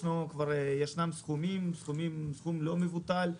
יש סכום לא מבוטל,